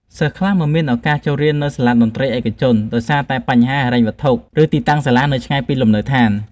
សិស្សខ្លះមិនមានឱកាសចូលរៀននៅសាលាតន្ត្រីឯកជន ដោយសារតែបញ្ហាហិរញ្ញវត្ថុ ឬទីតាំងសាលានៅឆ្ងាយពីលំនៅដ្ឋាន។